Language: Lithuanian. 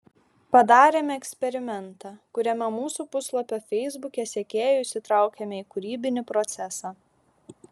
padarėme eksperimentą kuriame mūsų puslapio feisbuke sekėjus įtraukėme į kūrybinį procesą